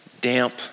damp